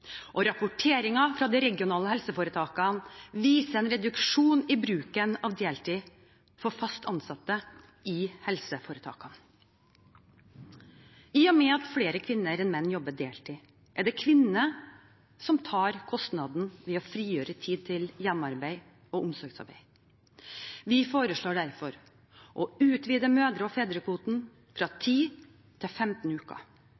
fra de regionale helseforetakene viser en reduksjon i bruken av deltid for fast ansatte i helseforetakene. I og med at flere kvinner enn menn jobber deltid, er det kvinnene som tar kostnaden ved å frigjøre tid til hjemmearbeid og omsorgsarbeid. Vi foreslår derfor å utvide mødre- og fedrekvoten fra 10 til 15 uker.